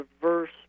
diverse